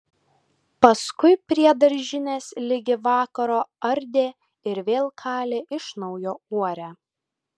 paskui prie daržinės ligi vakaro ardė ir vėl kalė iš naujo uorę